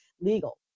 legal